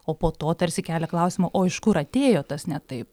o po to tarsi kelia klausimą o iš kur atėjo tas ne taip